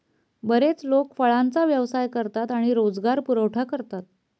बरेच लोक फळांचा व्यवसाय करतात आणि रोजगार पुरवठा करतात